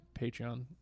patreon